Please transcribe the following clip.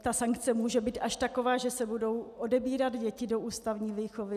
Zda sankce může být až taková, že se budou odebírat děti do ústavní výchovy.